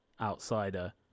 outsider